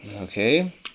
Okay